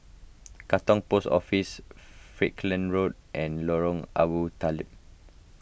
Katong Post Office Falkland Road and Lorong Abu Talib